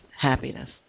happiness